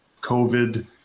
COVID